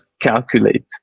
calculate